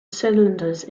cylinders